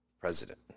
president